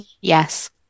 Yes